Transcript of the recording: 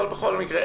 אבל בכל מקרה,